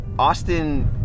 Austin